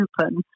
open